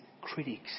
critics